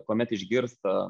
kuomet išgirsta